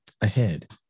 ahead